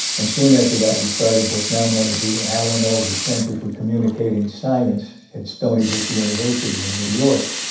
and soon after that, we started what's now known as the alan alda center for communicating science at stony brook university in new york.